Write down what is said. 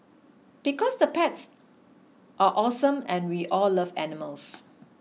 because the pets are awesome and we all love animals